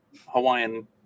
Hawaiian